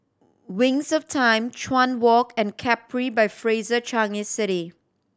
Wings of Time Chuan Walk and Capri by Fraser Changi City